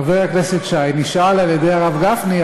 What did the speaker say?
חבר הכנסת שי נשאל על ידי הרב גפני,